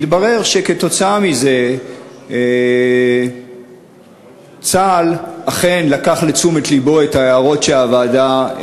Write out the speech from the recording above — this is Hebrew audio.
התברר שכתוצאה מזה צה"ל אכן לקח לתשומת לבו את ההערות של הוועדה,